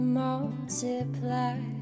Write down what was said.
multiply